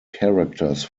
characters